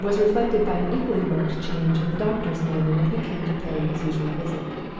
was reflected by an equally marked change in the doctor's manner when he came to pay his usual visit.